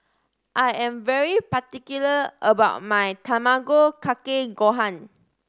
I am very particular about my Tamago Kake Gohan